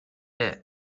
பெற்ற